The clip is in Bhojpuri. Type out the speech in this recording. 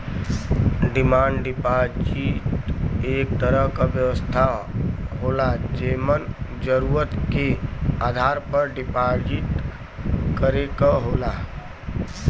डिमांड डिपाजिट एक तरह क व्यवस्था होला जेमन जरुरत के आधार पर डिपाजिट करे क होला